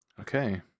Okay